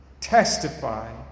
Testify